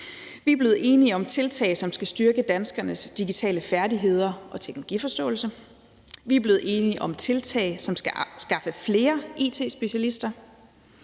Vi er blevet enige om tiltag, som skal styrke danskernes digitale færdigheder og teknologiforståelse. Vi er blevet enige om tiltag, som skal skaffe flere it-specialister.